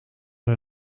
hij